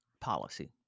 policy